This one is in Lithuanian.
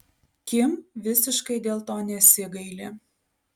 kim visiškai dėl to nesigaili